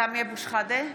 (קוראת בשמות חברי הכנסת) סמי אבו שחאדה,